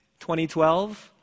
2012